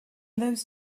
those